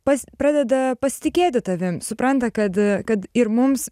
pats pradeda pasitikėti tavim supranta kad kad ir mums